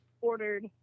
ordered